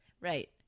Right